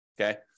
okay